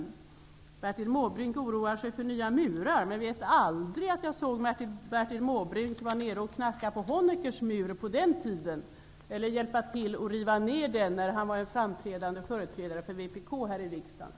Bertil Måbrink oroar sig för nya murar. Men jag vet aldrig att jag såg Bertil Måbrink vara nere och knacka på Honeckers mur på den tiden eller hjälpa till att riva ner den när Bertil Måbrink var en framträdande företrädare för vpk här i riksdagen.